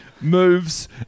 moves